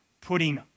putting